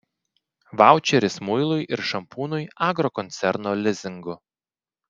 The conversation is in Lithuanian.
vaučeris muilui ir šampūnui agrokoncerno lizingu